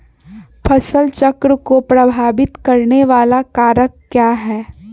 फसल चक्र को प्रभावित करने वाले कारक क्या है?